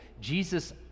Jesus